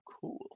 Cool